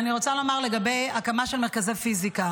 לגבי הקמה של מרכזי פיזיקה